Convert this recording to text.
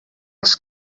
els